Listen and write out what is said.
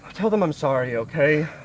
tell them i'm sorry, okay?